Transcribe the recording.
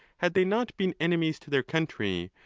had they not been enemies to their country,